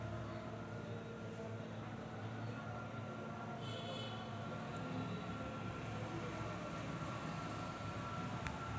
कुशलला बारावीच्या परीक्षेत आंतरराष्ट्रीय नाणेनिधीबद्दल प्रश्न विचारण्यात आला होता